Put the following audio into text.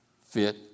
fit